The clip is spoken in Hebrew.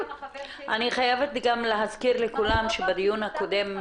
אני חייבת להזכיר לכולם שבדיון הקודם פה,